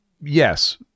yes